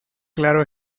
claro